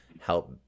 help